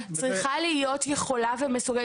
חברת הגבייה צריכה להיות יכולה ומסוגלת